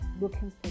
looking